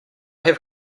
have